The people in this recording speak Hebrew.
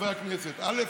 חברי הכנסת: א.